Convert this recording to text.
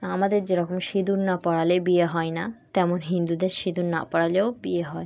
আমাদের যেরকম সিঁদুর না পড়ালে বিয়ে হয় না তেমন হিন্দুদের সিঁদুর না পড়ালেও বিয়ে হয়